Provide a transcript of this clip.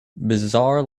bizarre